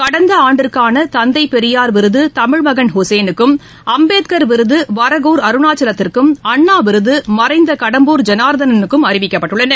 கடந்தஆண்டிற்கானதந்தைபெரியார் விருதுமிழ்மகன் உசேனுக்கும் அம்பேத்கர் விருதுவரகூர் அருணாச்சலத்திற்கும் அண்ணாவிருதுமறைந்தகடம்பூர் ஜெனார்தனனுக்கும் அறிவிக்கப்பட்டுள்ளன